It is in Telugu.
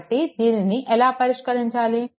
కాబట్టి దీనిని ఎలా పరిష్కరించాలి